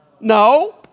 No